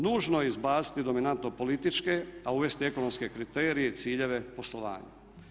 Nužno je izbaciti dominantno političke, a uvesti ekonomske kriterije i ciljeve poslovanja.